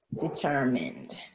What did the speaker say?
Determined